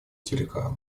телеграммы